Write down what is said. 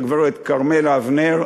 הגברת כרמלה אבנר.